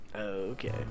Okay